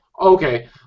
Okay